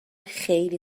خیلی